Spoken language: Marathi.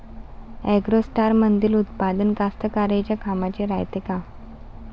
ॲग्रोस्टारमंदील उत्पादन कास्तकाराइच्या कामाचे रायते का?